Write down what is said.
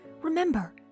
Remember